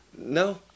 No